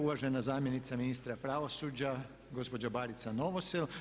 Uvažena zamjenica ministra pravosuđa gospođa Barica Novosel.